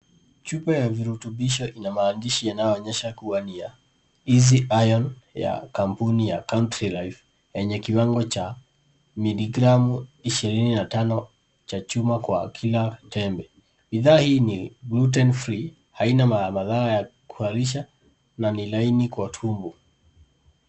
Chupa ya virutubisho ina maandishi inayoonyesha kuwa ni ya easy iron ya kampuni ya country life yenye kiwango cha miligramu ishirini na tano cha chuma kwa kila tembe. Bidhaa hii ni gluten free . Haina madhara ya kuharisha na ni laini kwa tumbo.